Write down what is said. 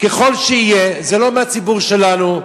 ככל שיהיה, זה לא מהציבור שלנו,